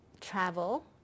travel